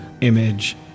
image